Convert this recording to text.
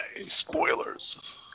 Spoilers